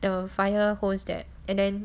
the fire hose that and then